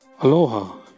Aloha